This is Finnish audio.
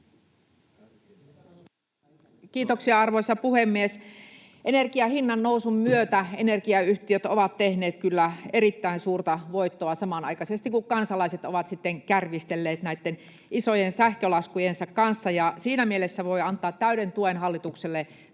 Kiitoksia, arvoisa puhemies! Energian hinnannousun myötä energiayhtiöt ovat tehneet kyllä erittäin suurta voittoa, kun samanaikaisesti kansalaiset ovat sitten kärvistelleet näitten isojen sähkölaskujensa kanssa. Siinä mielessä voi antaa täyden tuen hallitukselle tämän